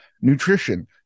nutrition